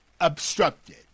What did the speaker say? obstructed